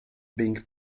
being